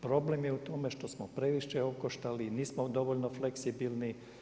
Problem je u tome što smo previše okoštali i nismo dovoljno fleksibilni.